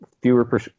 fewer